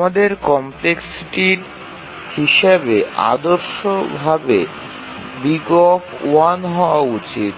আমাদের কমপ্লেক্সিটির হিসাবে আদর্শভাবে O হওয়া উচিত